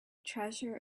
treasure